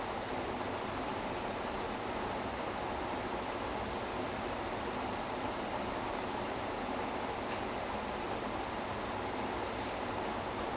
then menu வரும்:varum so அவங்க வந்து:avanga vanthu hmm அந்த தாலி வந்து:antha thali vanthu on this like a eight course meal them so they started off with a banana thosai